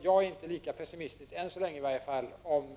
Jag är än så länge inte lika pessimistisk om möjligheterna